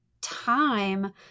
time